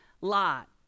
lot